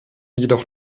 jedoch